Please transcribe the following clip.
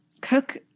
cook